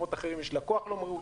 במקומות אחרים יש לקוח לא מרוצה.